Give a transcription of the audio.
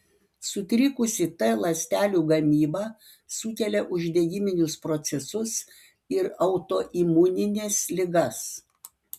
sutrikusi t ląstelių gamyba sukelia uždegiminius procesus ir autoimunines ligas